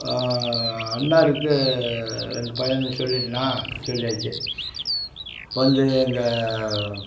அண்ணாருக்கு ரெண்டு பையன் சொல்லியிருந்தேனா சொல்லியாச்சு வந்து அங்கே